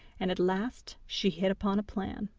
and at last she hit upon a plan.